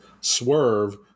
Swerve